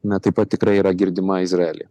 jinai taip tikrai yra girdima izraelyje